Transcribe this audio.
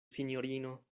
sinjorino